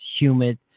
humid